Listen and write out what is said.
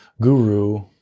guru